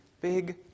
big